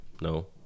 No